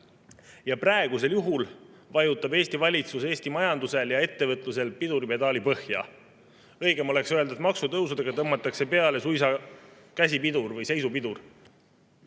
Praegusel juhul vajutab Eesti valitsus Eesti majanduse ja ettevõtluse piduripedaali põhja. Õigem oleks öelda, et maksutõusudega tõmmatakse peale suisa käsipidur või seisupidur. Käibemaks